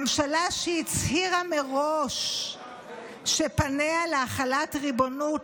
ממשלה שהצהירה מראש שפניה להחלת ריבונות,